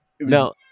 Now